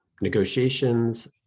negotiations